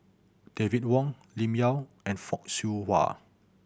David Wong Lim Yau and Fock Siew Wah